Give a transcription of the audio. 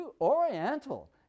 Oriental